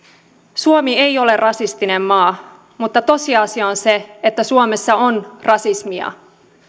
suomi ei ole rasistinen maa mutta tosiasia on se että suomessa on rasismia